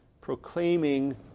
proclaiming